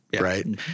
right